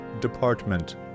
department